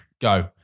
Go